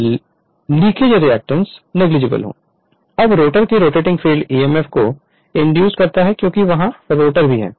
Refer Slide Time 0954 अब rotor की rotating field emf को इंड्यूस्ड करता है क्योंकि वहां रोटर भी है